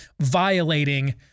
violating